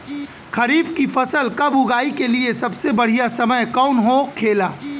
खरीफ की फसल कब उगाई के लिए सबसे बढ़ियां समय कौन हो खेला?